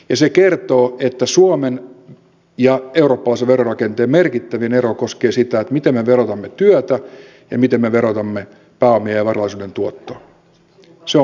se kertoo että suomen ja eurooppalaisen verorakenteen merkittävin ero koskee sitä miten me verotamme työtä ja miten me verotamme pääomia ja varallisuuden tuottoa